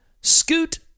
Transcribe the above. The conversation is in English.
Scoot